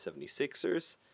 76ers